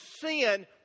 sin